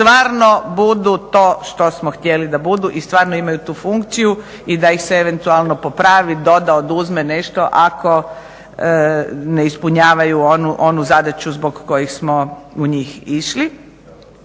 stvarno budu to što smo htjeli da budu i stvarno imaju tu funkciju i da ih se eventualno popravi, doda, oduzme nešto ako ne ispunjavaju onu zadaću zbog kojih smo u njih išli.